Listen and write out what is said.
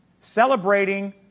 celebrating